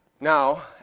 Now